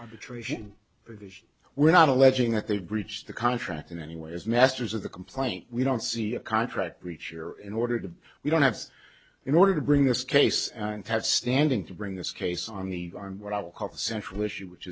arbitration provision were not alleging that they breached the contract in any way as masters of the complaint we don't see a contract breach here in order to we don't have in order to bring this case and have standing to bring this case on the arm what i will call the central issue which